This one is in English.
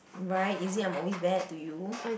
right is it I'm always bad to you